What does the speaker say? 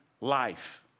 life